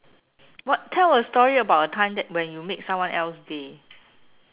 what tell a story about a time that when you made someone else day